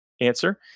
answer